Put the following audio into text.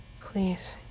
Please